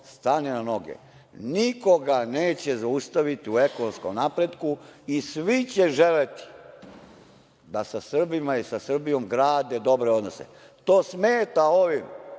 stane na noge, niko ga neće zaustaviti u ekonomskom napretku i svi će želeti da sa Srbima i sa Srbijom grade dobre odnose. To smeta ovim